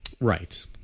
Right